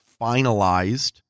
finalized